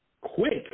quick